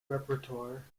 repertoire